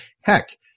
Heck